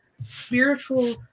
spiritual